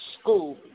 school